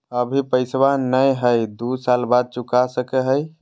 अभि पैसबा नय हय, दू साल बाद चुका सकी हय?